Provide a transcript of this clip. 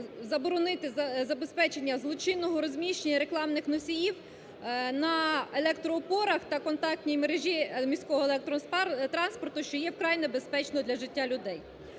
заборонити забезпечення злочинного розміщення рекламних носіїв на електроопорах та контактній мережі міського електротранспорту, що є вкрай небезпечним для життя людей.